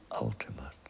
ultimate